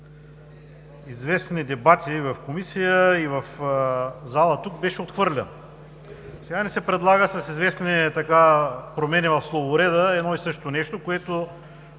известни дебати в Комисията и в залата тук, беше отхвърлен. Сега ни се предлага с известни промени в словореда едно и също нещо, което